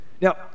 Now